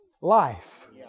life